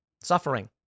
suffering